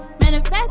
manifest